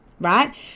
Right